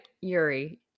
Yuri